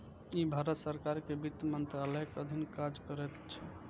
ई भारत सरकार के वित्त मंत्रालयक अधीन काज करैत छै